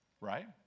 Right